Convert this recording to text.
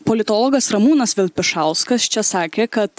politologas ramūnas vilpišauskas čia sakė kad